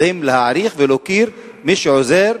יודע להעריך ולהוקיר מי שעוזר,